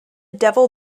devil